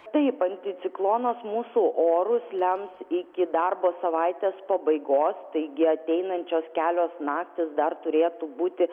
taip anticiklonas mūsų orus lems iki darbo savaitės pabaigos taigi ateinančios kelios naktys dar turėtų būti